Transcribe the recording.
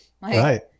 right